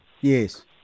Yes